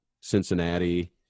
Cincinnati